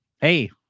Hey